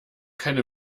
keine